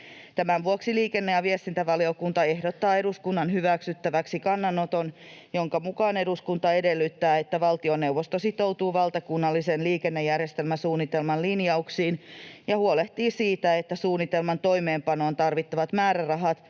Tämän vuoksi liikenne- ja viestintävaliokunta ehdottaa eduskunnan hyväksyttäväksi kannanoton, jonka mukaan eduskunta edellyttää, että valtioneuvosto sitoutuu valtakunnallisen liikennejärjestelmäsuunnitelman lin-jauksiin ja huolehtii siitä, että suunnitelman toimeenpanoon tarvittavat määrärahat